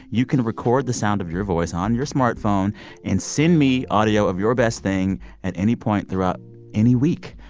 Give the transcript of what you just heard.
you can record the sound of your voice on your smartphone and send me audio of your best thing at any point throughout any week.